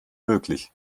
möglich